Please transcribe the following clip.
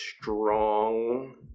strong